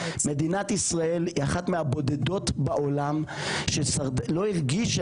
מדינת ישראל היא אחת מהבודדות בעולם שלא הרגישה